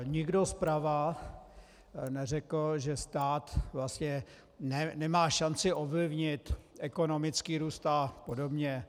Nikdo zprava neřekl, že stát vlastně nemá šanci ovlivnit ekonomický růst a podobně.